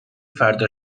فردا